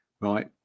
right